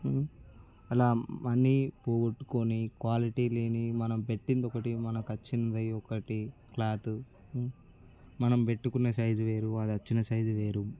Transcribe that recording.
అలా మనీ పోగొట్టుకుని క్వాలిటీ లేనివి మనం పెట్టింది ఒకటి మనకి వచ్చింది ఒకటి క్లాత్ మనం పెట్టుకున్న సైజ్ వేరు వాళ్ళు వచ్చిన సైజ్ వేరు